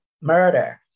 murder